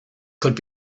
could